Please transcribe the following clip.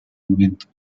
momento